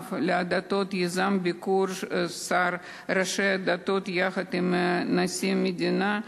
האגף לעדות יזם ביקור של כל ראשי הדתות יחד עם נשיא המדינה.